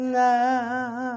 now